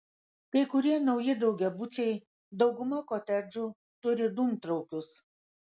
kai kurie nauji daugiabučiai dauguma kotedžų turi dūmtraukius